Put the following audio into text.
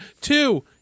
two